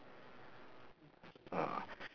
ah